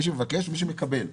מי שמבקש ומי שמקבל.